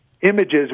images